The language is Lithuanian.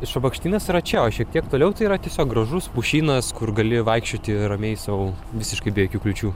šabakštynas yra čia o šiek tiek toliau tai yra tiesiog gražus pušynas kur gali vaikščioti ramiai sau visiškai be jokių kliūčių